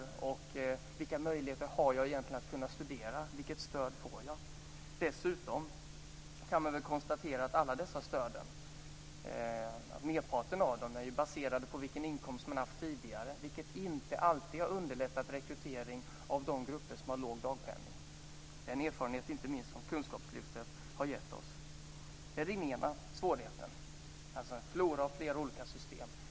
Man frågar sig: Vilka möjligheter har jag egentligen att studera? Vilket stöd får jag? Dessutom kan vi konstatera att merparten av stöden är baserade på den inkomst man tidigare haft, vilket inte alltid har underlättat rekrytering av de grupper som har låg dagpenning. Det är en erfarenhet som inte minst kunskapslyftet har gett oss. Det är den ena svårigheten - en flora av olika system.